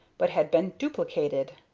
but had been duplicated.